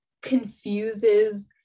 confuses